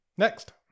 Next